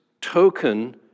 token